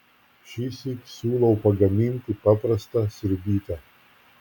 šįsyk siūlau pagaminti paprastą sriubytę